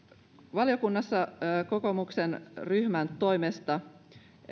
valiokunnassa kokoomuksen ryhmän toimesta